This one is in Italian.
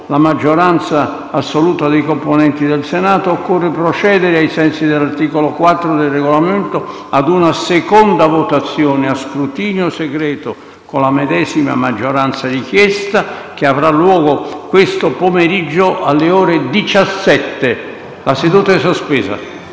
la maggioranza assoluta dei voti dei componenti del Senato, occorre procedere, ai sensi dell'articolo 4 del Regolamento, a una seconda votazione a scrutinio segreto, con la medesima maggioranza richiesta, che avrà luogo questo pomeriggio alle ore 17. La seduta è sospesa.